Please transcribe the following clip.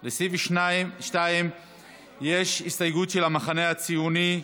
שלי יחימוביץ, סתיו שפיר, איציק שמולי,